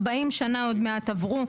40 שנה עוד מעט עברו,